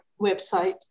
website